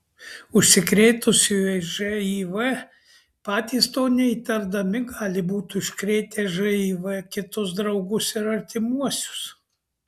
užsikrėtusieji živ patys to neįtardami gali būti užkrėtę živ kitus draugus ir artimuosius